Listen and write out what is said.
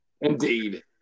Indeed